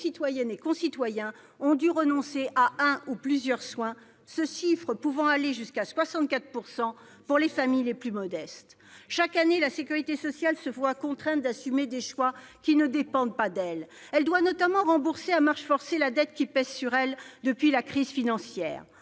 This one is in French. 34 % de nos concitoyens ont dû renoncer à un ou plusieurs soins, ce chiffre pouvant atteindre 64 % pour les familles les plus modestes ! Chaque année, la sécurité sociale se voit contrainte d'assumer des choix qui ne dépendent pas d'elle. Elle doit notamment rembourser à marche forcée la dette qui pèse sur elle depuis la crise financière.